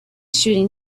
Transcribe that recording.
shooting